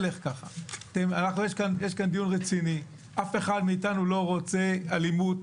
יש כאן דיון רציני, אף אחד מאתנו לא רוצה אלימות